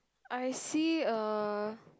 I see a